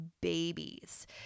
babies